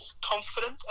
confident